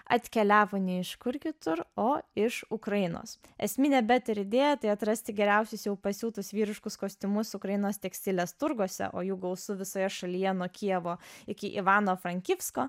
atkeliavo ne iš kur kitur o iš ukrainos esminė better idėja tai atrasti geriausius jau pasiūtus vyriškus kostiumus ukrainos tekstilės turguose o jų gausu visoje šalyje nuo kijevo iki ivano frankivsko